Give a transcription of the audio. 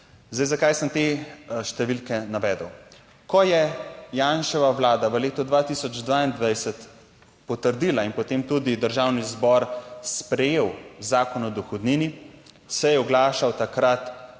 Zdaj, zakaj sem te številke navedel? Ko je Janševa vlada v letu 2022 potrdila in potem tudi Državni zbor sprejel Zakon o dohodnini se je oglašal takrat